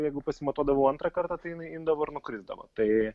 jeigu pasimatuodavau antrą kartą tai jinai imdavo ir nukrisdavo tai